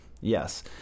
Yes